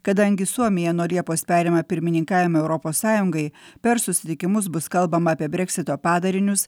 kadangi suomija nuo liepos perėmė pirmininkavimą europos sąjungai per susitikimus bus kalbama apie breksito padarinius